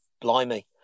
blimey